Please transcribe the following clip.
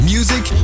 Music